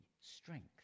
strength